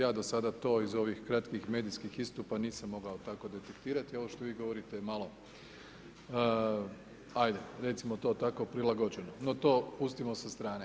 Ja do sada iz ovih kratkih medijskih istupa nisam mogao tako detektirati, ovo što vi govorite je malo, ajde recimo to tako prilagođeno, no to pustimo sa strane.